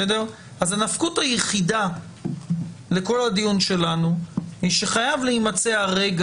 הנפקות היחידה לכל הדיון שלנו היא שחייב להימצא הרגע